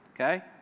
Okay